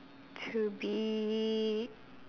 to be